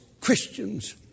Christians